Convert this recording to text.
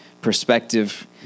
perspective